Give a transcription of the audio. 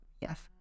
yes